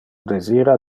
desira